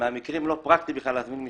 מישהו מנהל את המערכת גם אצלך.